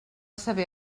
saber